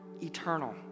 eternal